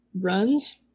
runs